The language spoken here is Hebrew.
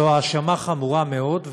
זו האשמה חמורה מאוד,